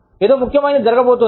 ఏదో ముఖ్యమైనది జరగబోతోంది